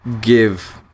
give